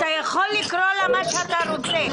אתה יכול לקרוא לה מה שאתה רוצה.